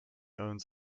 owns